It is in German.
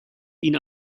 ihn